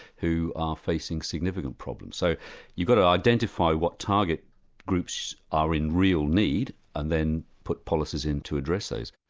who are facing significant problems. so you've got to identify what target groups are in real need and then put policies in to address those.